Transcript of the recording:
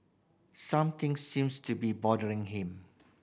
something seems to be bothering him